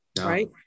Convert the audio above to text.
Right